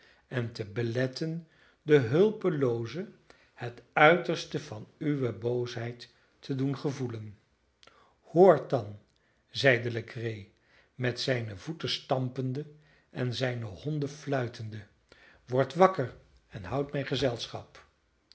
en te beletten den hulpelooze het uiterste van uwe boosheid te doen gevoelen hoort dan zeide legree met zijne voeten stampende en zijne honden fluitende wordt wakker en houdt mij gezelschap